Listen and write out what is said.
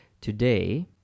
today